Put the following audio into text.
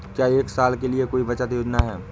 क्या एक साल के लिए कोई बचत योजना है?